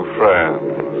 friends